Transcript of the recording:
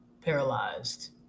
paralyzed